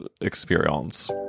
experience